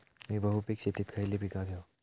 मी बहुपिक शेतीत खयली पीका घेव?